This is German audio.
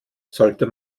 sollte